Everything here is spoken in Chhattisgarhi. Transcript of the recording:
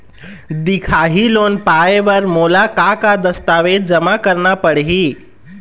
दिखाही लोन पाए बर मोला का का दस्तावेज जमा करना पड़ही?